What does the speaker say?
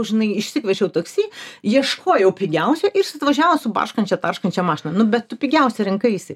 žinai išsikviečiau taksi ieškojau pigiausio ir jis atvažiavo su barškančia tarškančia mašina nu bet tu pigiausią rinkaisi